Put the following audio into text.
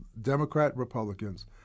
Democrat-Republicans